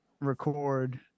record